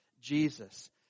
Jesus